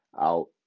out